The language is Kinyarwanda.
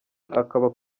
akaba